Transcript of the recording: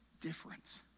different